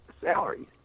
salaries